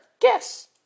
guess